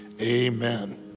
amen